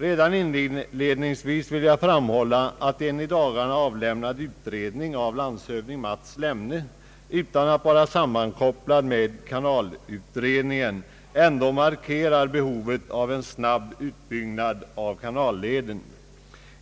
Redan inledningsvis vill jag framhålla att en i dagarna avlämnad utredning av landshövding Mats Lemne, utan att den är sammankopplad med kanalutredningen, ändå markerar behovet av en snabb utbyggnad av kanalleden.